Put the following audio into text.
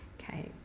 Okay